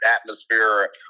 atmosphere